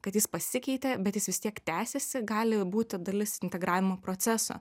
kad jis pasikeitė bet jis vis tiek tęsiasi gali būti dalis integravimo proceso